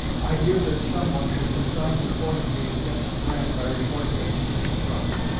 i hear that some one has been trying to poison you against grant by reporting that he gets drunk.